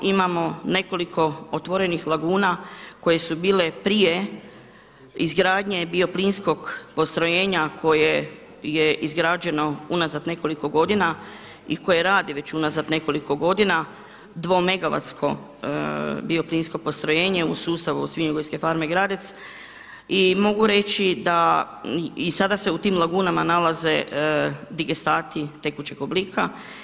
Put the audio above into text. Imamo nekoliko otvorenih laguna koje su bile prije izgradnje bioplinskog postrojenja koje je izgrađeno unazad nekoliko godina i koje radi već unazad nekoliko godina dvomegavatsko bioplinsko postrojenje u sustavu Svinjogojske farme Gradec i mogu reći da i sada se u tim lagunama nalaze digestati tekućeg oblika.